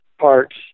parts